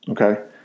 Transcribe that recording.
Okay